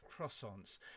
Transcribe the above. croissants